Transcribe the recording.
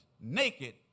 naked